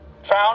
found